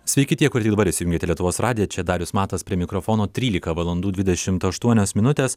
sveiki tie kur tik dabar įsijungėte lietuvos radiją čia darius matas prie mikrofono trylika valandų dvidešimt aštuonios minutės